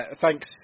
thanks